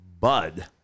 Bud